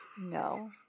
no